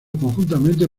conjuntamente